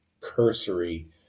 cursory